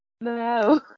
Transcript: no